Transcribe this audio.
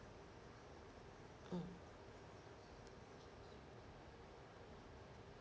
mm